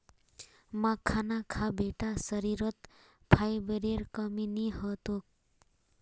मखाना खा बेटा शरीरत फाइबरेर कमी नी ह तोक